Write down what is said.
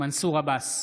מנסור עבאס,